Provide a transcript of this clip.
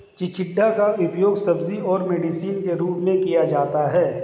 चिचिण्डा का उपयोग सब्जी और मेडिसिन के रूप में किया जाता है